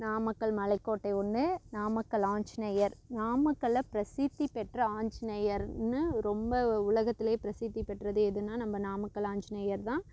நாமக்கல் மலைக்கோட்டை ஒன்று நாமக்கல் ஆஞ்சநேயர் நாமக்கல்லுல பிரசித்தி பெற்ற ஆஞ்சிநேயர்ன்னு ரொம்ப உலகத்துலயே பிரசித்தி பெற்றது எதுன்னா நம்ம நாமக்கல் ஆஞ்சநேயர் தான்